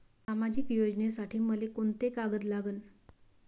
सामाजिक योजनेसाठी मले कोंते कागद लागन?